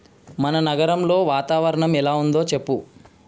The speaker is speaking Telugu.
మన నగరంలో వాతావరణం ఎలా ఉందో చెప్పు